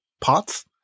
pots